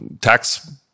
tax